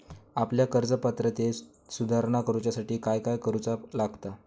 आपल्या कर्ज पात्रतेत सुधारणा करुच्यासाठी काय काय करूचा लागता?